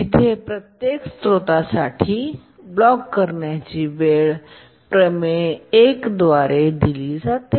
जिथे प्रत्येक स्त्रोतासाठी ब्लॉक करण्याची वेळ प्रमेय 1 द्वारे दिली जाते